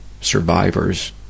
survivors